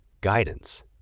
guidance